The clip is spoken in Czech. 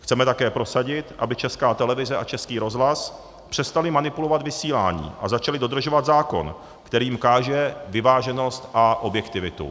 Chceme také prosadit, aby Česká televize a Český rozhlas přestaly manipulovat vysílání a začaly dodržovat zákon, který jim káže vyváženost a objektivitu.